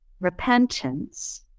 repentance